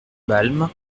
balme